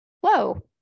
Whoa